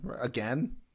again